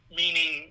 meaning